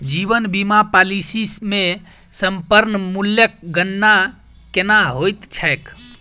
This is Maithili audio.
जीवन बीमा पॉलिसी मे समर्पण मूल्यक गणना केना होइत छैक?